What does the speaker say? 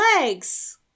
legs